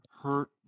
Hurt